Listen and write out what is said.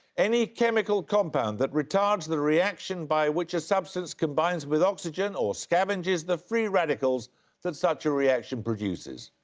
any chemical compound that retards the reaction by which a substance combines with oxygen or scavenges the free radicals that such a reaction produces.